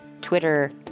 Twitter